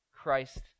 Christ